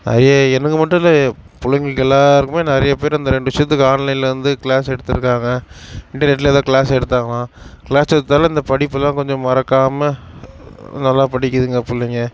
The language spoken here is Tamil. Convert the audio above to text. ஐயைய எனக்கு மட்டுமில்லை பிள்ளைங்களுக்கு எல்லோருக்குமே நிறைய பேர் அந்த ரெண்டு வருஷத்துக்கு ஆன்லைனில் வந்து கிளாஸ் எடுத்திருக்காங்க இன்டர்நெட்டில் எதோது கிளாஸ் எடுத்தாங்களாம் கிளாஸ் இந்த படிப்பெல்லாம் கொஞ்சம் மறக்காமல் நல்லாப் படிக்குதுங்க பிள்ளைங்க